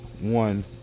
one